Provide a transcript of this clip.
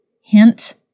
Hint